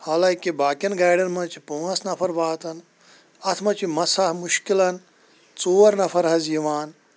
حالانکہِ باقِیَن گاڑیَن منٛز چھِ پانٛژھ نفر واتان اَتھ منٛز چھِ مساہ مُشکِلَن ژور نفر حظ یِوان